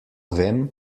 vem